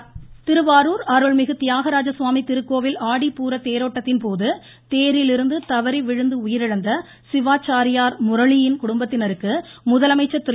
முதலமைச்சர் நிதியுதவி திருவாரூர் அருள்மிகு தியாகராஜசுவாமி திருக்கோவில் ஆடிப்பூரத் தேரோட்டத்தின் தேரிலிருந்து தவறி விழுந்து உயிரிழந்த சிவாச்சாரியார் முரளியின் போது குடும்பத்தினருக்கு முதலமைச்சா் திரு